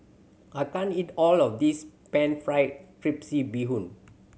I can't eat all of this pan fried bee hoon